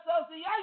association